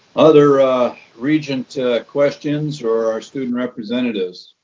other regent questions or student representatives?